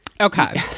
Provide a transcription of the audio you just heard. Okay